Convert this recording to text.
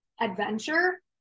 adventure